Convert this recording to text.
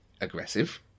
aggressive